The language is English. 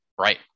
right